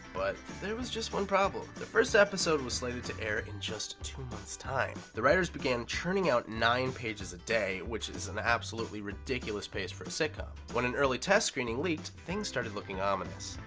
but there was just one problem. the first episode was slated to air in just two months' time. the writers began churning out nine pages a day which is an absolutely ridiculous pace for a sitcom. when an early test screening leaked, things started looking ominous.